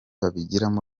babigiramo